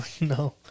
No